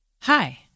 Hi